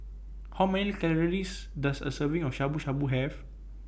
How Many Calories Does A Serving of Shabu Shabu Have